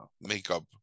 makeup